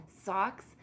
socks